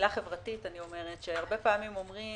פעילה חברתית אני אומרת הרבה פעמים אומרים